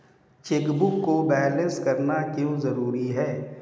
Chequebook को balance करना क्यों जरूरी है?